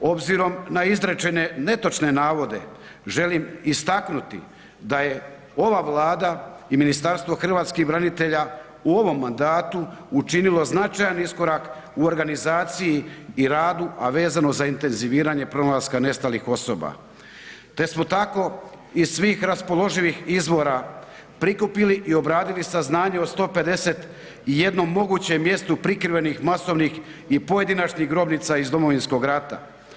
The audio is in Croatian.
Obzirom na izrečene netočne navode želim istaknuti da je ova Vlada i Ministarstvo hrvatskih branitelja u ovom mandatu učinilo značajan iskorak u organizaciji u radu, a vezano za intenziviranje pronalaska nestalih osoba te smo tako iz svih raspoloživih izvora prikupili i obradili saznanja o 151 mogućem mjestu prikrivenih masovnih i pojedinačnih grobnica iz Domovinskog rata.